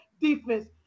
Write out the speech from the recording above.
defense